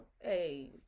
Hey